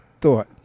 thought